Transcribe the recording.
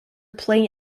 playing